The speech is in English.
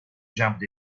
jumped